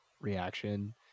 reaction